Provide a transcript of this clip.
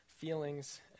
feelings